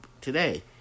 today